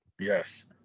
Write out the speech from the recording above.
Yes